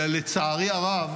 אלא לצערי הרב